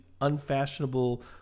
unfashionable